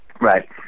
Right